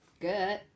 good